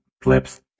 Clips